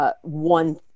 one